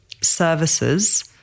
services